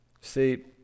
See